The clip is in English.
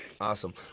Awesome